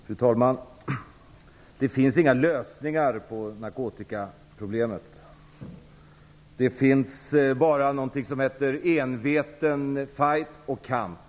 Fru talman! Det finns inga lösningar på narkotikaproblemet. Det finns bara någonting som heter enveten fight och kamp.